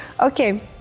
Okay